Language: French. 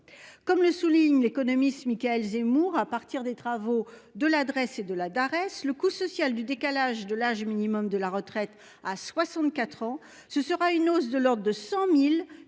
Comme le souligne l'économiste Michaël Zemmour à partir des travaux de l'adresse et de la Darès le coût social du décalage de l'âge minimum de la retraite à 64 ans, ce sera une hausse de l'ordre de 100.000 du